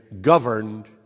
governed